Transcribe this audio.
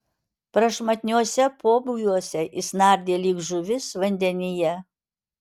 prašmatniuose pobūviuose jis nardė lyg žuvis vandenyje